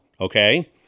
okay